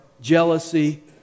jealousy